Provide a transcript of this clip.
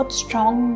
strong